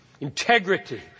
integrity